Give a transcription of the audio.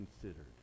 considered